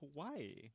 Hawaii